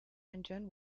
engine